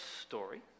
story